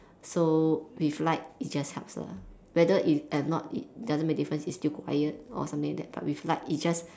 so with light it just helps lah whether it's at night it doesn't make a difference it's still quiet or something like that but with light it just